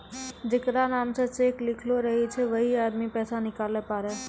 जेकरा नाम से चेक लिखलो रहै छै वैहै आदमी पैसा निकालै पारै